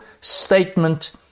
statement